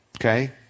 okay